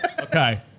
Okay